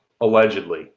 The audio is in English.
allegedly